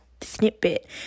snippet